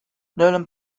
nolan